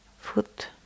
foot